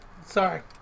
sorry